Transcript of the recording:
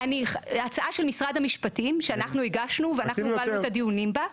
ההצעה של משרד המשפטים שאנחנו הגשנו ואנחנו הובלנו את הדיונים בה.